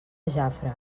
jafre